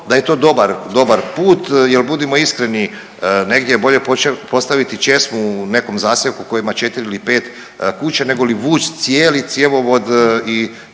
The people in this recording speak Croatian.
da je to dobar put, jer budimo iskreni negdje je bolje postaviti česmu u nekom zaseoku koji ima 4 ili 5 kuća negoli vući cijeli cjevovod i